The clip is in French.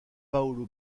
paolo